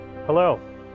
Hello